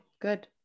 Good